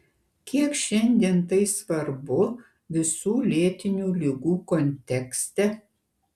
kiek šiandien tai svarbu visų lėtinių ligų kontekste